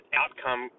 outcome